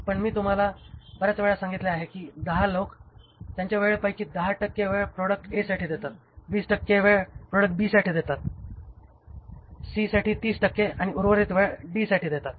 पण मी तुम्हाला बर्याच वेळा सांगितले आहे की हे 10 लोक त्यांच्या वेळेपैकी 10 टक्के वेळ प्रॉडक्ट ए साठी देतात 20 टक्के वेळ प्रॉडक्ट बी साठी देतात सी साठी 30 टक्के आणि उर्वरित वेळ डी साठी देतात